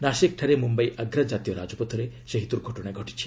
ନାସିକ୍ଠାରେ ମୁମ୍ୟାଇ ଆଗ୍ରା ଜାତୀୟ ରାଜପଥରେ ଏହି ଦୂର୍ଘଟଣା ଘଟିଛି